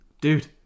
Dude